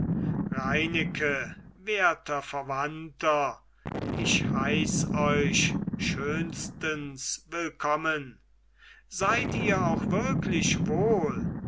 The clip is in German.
reineke werter verwandter ich heiß euch schönstens willkommen seid ihr auch wohl